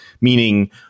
meaning